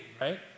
right